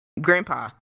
Grandpa